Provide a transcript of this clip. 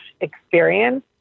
experience